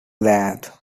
lad